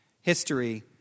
History